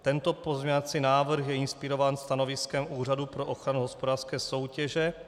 Tento pozměňovací návrh je inspirován stanoviskem Úřadu pro ochranu hospodářské soutěže.